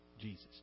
Jesus